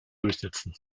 durchsetzen